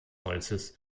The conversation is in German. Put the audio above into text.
holzes